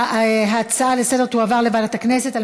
ההצעה לסדר-היום תועבר לוועדת הכנסת,